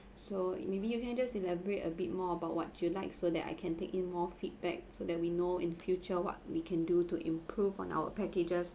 so maybe you can just elaborate a bit more about what you like so that I can take in more feedback so that we know in future what we can do to improve on our packages